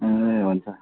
ए हुन्छ